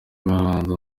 bahanzi